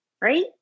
right